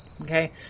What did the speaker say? Okay